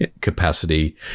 capacity